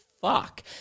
fuck